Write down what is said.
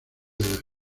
edad